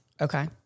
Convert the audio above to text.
Okay